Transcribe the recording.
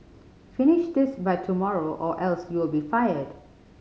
finish this by tomorrow or else you'll be fired